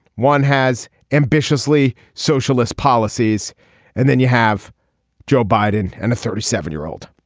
one has ambitiously socialist policies and then you have joe biden and a thirty seven year old.